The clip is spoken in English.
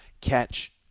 catch